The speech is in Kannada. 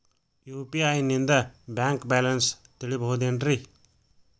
ಯು.ಪಿ.ಐ ನಿಂದ ಬ್ಯಾಂಕ್ ಬ್ಯಾಲೆನ್ಸ್ ತಿಳಿಬಹುದೇನ್ರಿ?